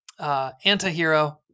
Antihero